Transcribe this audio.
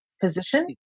position